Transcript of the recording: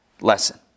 lesson